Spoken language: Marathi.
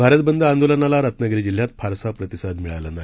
भारत बंद आंदोलनाला रत्नागिरी जिल्ह्यात फारसा प्रतिसाद मिळाला नाही